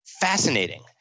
Fascinating